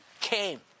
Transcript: came